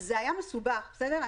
זה בדיוק הדוגמה.